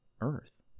earth